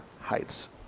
heights